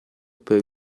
per